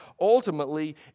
ultimately